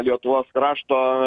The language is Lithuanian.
lietuvos krašto